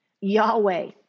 Yahweh